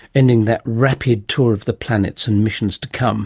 ending that rapid tour of the planets and missions to come